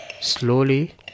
slowly